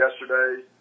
yesterday